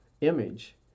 image